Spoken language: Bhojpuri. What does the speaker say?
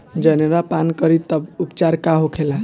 जनेरा पान करी तब उपचार का होखेला?